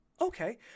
okay